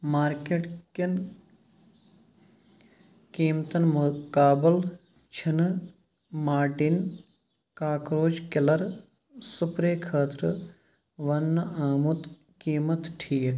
market کٮ۪ن قیٖمتن مُقابل چھِنہٕ مارٹیٖن کاکروچ کِلَر سُپرے خٲطرٕ وننہٕ آمُت قیٖمتھ ٹھیٖک